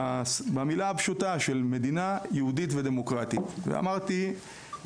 במילה הפשוטה של מדינה יהודית ודמוקרטית ואמרתי שאני